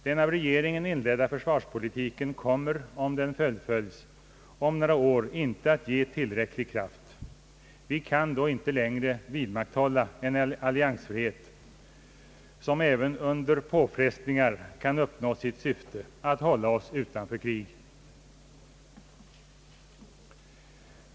Den av regeringen inledda försvarspolitiken kommer, om den fullföljs, om några år inte att ge tillräcklig kraft. Vi kan då inte längre vidmakthålla en alliansfrihet som även under påfrestningar kan uppnå sitt syfte — att hålla oss utanför krig.